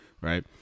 right